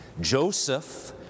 Joseph